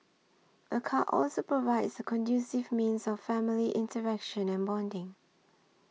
a car also provides a conducive means of family interaction and bonding